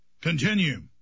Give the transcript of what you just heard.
Continue